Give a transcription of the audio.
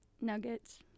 Nuggets